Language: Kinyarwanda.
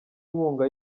inkunga